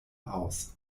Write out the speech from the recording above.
aus